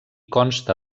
consta